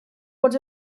bod